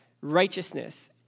righteousness